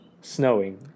snowing